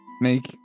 Make